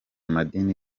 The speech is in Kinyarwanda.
madini